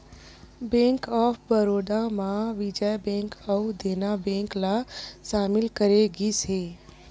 bank of Baroda म Vijaya bank अउ Dena bank ल सामिल करे गिस हे